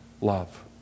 love